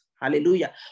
hallelujah